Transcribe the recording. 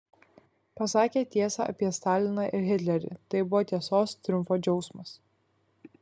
pasakė tiesą apie staliną ir hitlerį tai buvo tiesos triumfo džiaugsmas